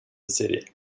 city